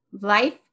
life